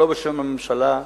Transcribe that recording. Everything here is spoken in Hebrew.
ולא בשם הממשלה,